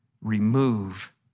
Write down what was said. remove